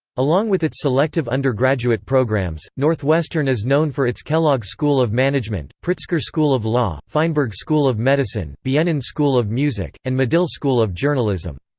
along with its selective undergraduate programs, northwestern is known for its kellogg school of management, pritzker school of law, feinberg school of medicine, bienen school of music, and medill school of journalism.